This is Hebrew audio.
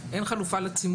חלופה.